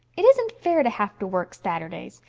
it isn't fair to have to work saturdays.